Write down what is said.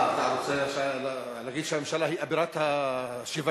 אתה רוצה עכשיו להגיד שהממשלה היא אבירת השוויון?